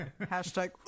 Hashtag